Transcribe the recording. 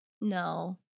No